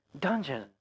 dungeon